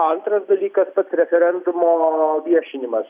antras dalykas pats referendumo viešinimas